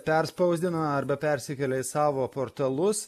perspausdina arba persikelia į savo portalus